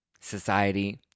society